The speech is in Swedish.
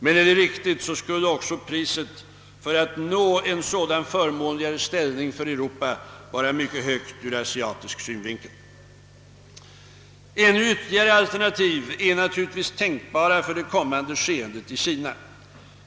Men är detta riktigt, så skulle priset för att kunna nå en sådan förmånligare ställning för Europa vara mycket högt ur asiatisk synvinkel. Även ytterligare alternativ är naturligtvis tänkbara för det kommande skeendet i Kina.